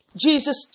Jesus